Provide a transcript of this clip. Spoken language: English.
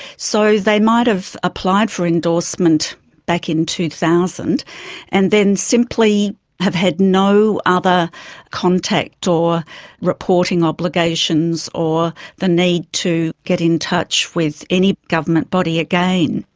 sort of they might have applied for endorsement back in two thousand and then simply have had no other contact or reporting obligations or the need to get in touch with any government body again.